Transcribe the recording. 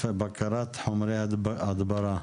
בקרת חומרי הדברה.